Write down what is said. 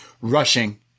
rushing